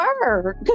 work